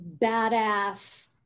badass